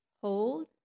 Hold